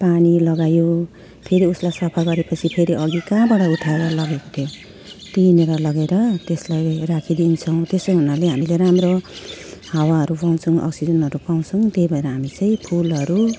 पानी लगायो फेरि उसलाई सफा गरेपछि त्यो अघि कहाँबाट उठाएर लगेको थियो त्यहीँनिर लगेर त्यसलाई राखिदिन्छौँ त्यसै हुनाले हामीले राम्रो हावाहरू पाउँछौँ अक्सिजनहरू पाउँछौँ त्यही भएर हामी चाहिँ फुलहरू